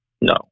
No